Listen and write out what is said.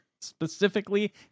Specifically